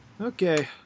Okay